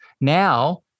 now